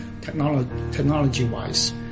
technology-wise